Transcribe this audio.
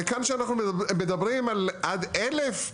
וכאן כשאנחנו מדברים על עד 1,000,